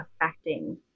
affecting